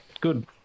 Good